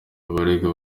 abaregwa